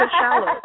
shallow